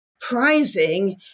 prizing